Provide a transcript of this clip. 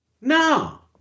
No